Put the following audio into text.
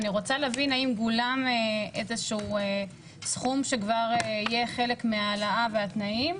אני רוצה להבין האם גולם איזשהו סכום שכבר יהיה חלק מההעלאה והתנאים.